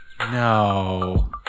No